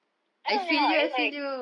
ah ya it's like